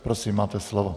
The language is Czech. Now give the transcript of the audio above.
Prosím, máte slovo.